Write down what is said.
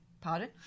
Pardon